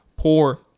Poor